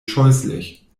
scheußlich